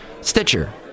Stitcher